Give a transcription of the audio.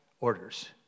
orders